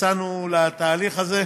יצאנו לתהליך הזה.